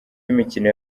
imikino